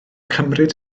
cymryd